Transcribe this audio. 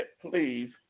please